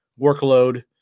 workload